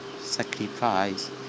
sacrifice